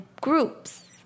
groups